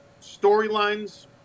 storylines